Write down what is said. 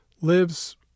lives